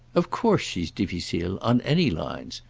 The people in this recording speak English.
of course she's difficile on any lines!